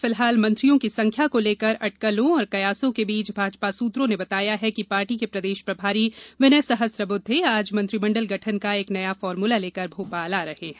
फिलहाल मंत्रियों की संख्या को लेकर अटकलों और कयासों के बीच भाजपा सूत्रों ने बताया है कि पार्टी के प्रदेश प्रभारी विनय सहस्त्रबुद्वे आज मंत्रिमंडल गठन का एक नया फॉर्मूला लेकर भोपाल आ रहे हैं